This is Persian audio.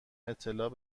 اطلاع